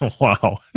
wow